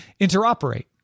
interoperate